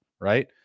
right